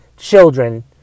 Children